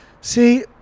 See